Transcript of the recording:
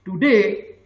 Today